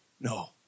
No